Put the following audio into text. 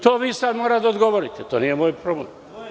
To vi sada morate da odgovorite, to nije moj problem.